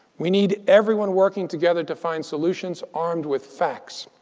we need everyone working together to find solutions, armed with facts.